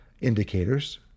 indicators